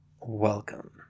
Welcome